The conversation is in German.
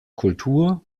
kultur